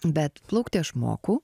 bet plaukti aš moku